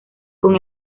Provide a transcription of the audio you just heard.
con